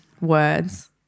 words